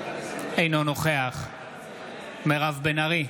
אינו נוכח מירב בן ארי,